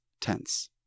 tense